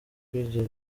kwigira